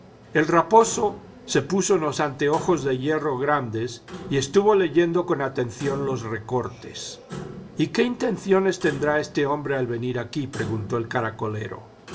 el raposo se puso unos anteojos de hierro grandes y estuvo leyendo con atención los recortes y qué intenciones tendrá este hombre al venir aquí preguntó el caracolero